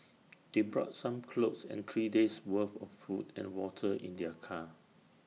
they brought some clothes and three days' worth of food and water in their car